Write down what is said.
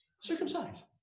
circumcised